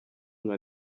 nka